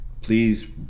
Please